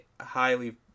highly –